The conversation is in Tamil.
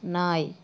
நாய்